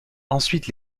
ensuite